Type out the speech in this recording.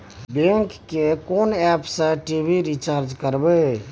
Bank के कोन app से टी.वी रिचार्ज करबे?